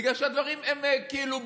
בגלל שהדברים הם כאילו ברורים,